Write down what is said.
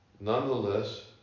Nonetheless